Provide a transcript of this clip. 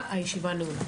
תודה, הישיבה נעולה.